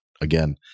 Again